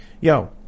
yo